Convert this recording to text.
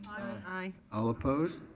i. all opposed.